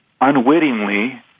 unwittingly